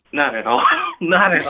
not at all not at